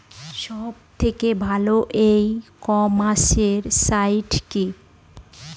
সব থেকে ভালো ই কমার্সে সাইট কী?